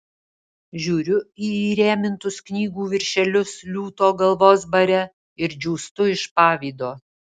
žiūriu į įrėmintus knygų viršelius liūto galvos bare ir džiūstu iš pavydo